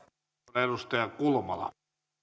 arvoisa